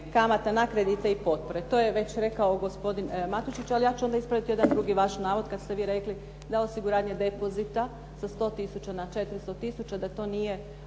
kamata na kredite i potpore. To je već rekao gospodin Matušić. Ali ja ću onda ispraviti jedan drugi vaš navod kad ste vi rekli da osiguranje depozita sa 100 tisuća na 400 tisuća da to nije